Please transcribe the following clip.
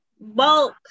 bulk